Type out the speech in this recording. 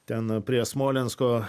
ten prie smolensko